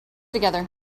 together